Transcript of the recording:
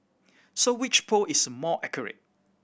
so which poll is more accurate